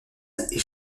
est